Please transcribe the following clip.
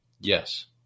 Yes